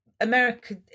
America